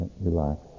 relax